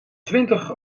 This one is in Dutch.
twintig